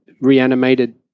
reanimated